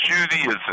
Judaism